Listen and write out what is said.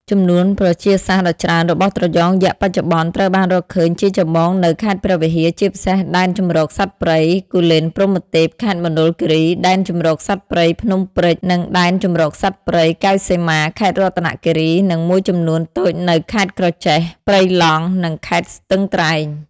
ចំនួនប្រជាសាស្ត្រដ៏ច្រើនរបស់ត្រយងយក្សបច្ចុប្បន្នត្រូវបានរកឃើញជាចម្បងនៅ ខេត្តព្រះវិហារ ជាពិសេសដែនជម្រកសត្វព្រៃ គូលែនព្រហ្មទេព ខេត្តមណ្ឌលគិរី ដែនជម្រកសត្វព្រៃ ភ្នំព្រេច និងដែនជម្រកសត្វព្រៃ កែវសីមា ខេត្តរតនគិរី និងមួយចំនួនតូចនៅ ខេត្តក្រចេះ ព្រៃឡង់ និង ខេត្តស្ទឹងត្រែង។